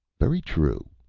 very true,